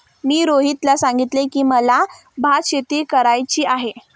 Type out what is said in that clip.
मी रोहितला सांगितले की, मला भातशेती करायची आहे